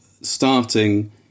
starting